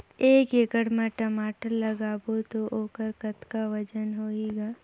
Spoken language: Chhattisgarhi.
एक एकड़ म टमाटर लगाबो तो ओकर कतका वजन होही ग?